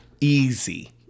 Easy